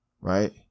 Right